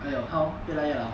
!aiyo! how 越来越老